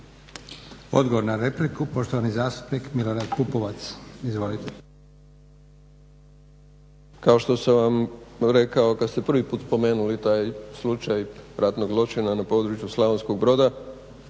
Odgovor na repliku, poštovani zastupnik Milorad Pupovac. Izvolite. **Pupovac, Milorad (SDSS)** Kao što sam vam rekao kad ste prvi put spomenuli taj slučaj ratnog zločina na području Slavonskog Broda